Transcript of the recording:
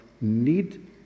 need